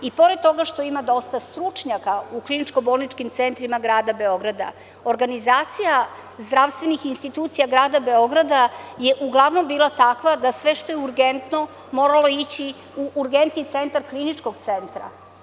I pored toga što ima dosta stručnjaka u kliničko-bolničkim centrima grada Beograda, Organizacija zdravstvenih institucija grada Beograda je uglavnom bila takva da sve što je urgentno moralo je ići u urgentni centar Kliničkog centra.